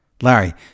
Larry